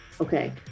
Okay